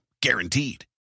guaranteed